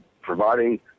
providing